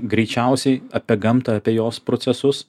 greičiausiai apie gamtą apie jos procesus